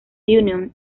union